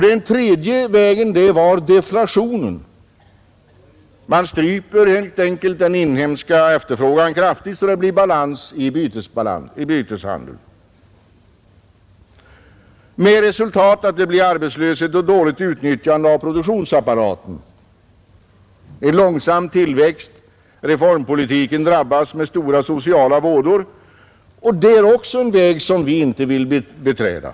Den tredje vägen är en deflation: man stryper helt enkelt kraftigt den inhemska efterfrågan så att det blir balans i byteshandeln med resultat att det uppstår arbetslöshet och dåligt utnyttjande av produktionsapparaten. Nr 39 Det blir långsam tillväxt, reformpolitiken drabbas med stora sociala vådor Onsdagen den som följd. Det är också en väg som vi inte vill beträda.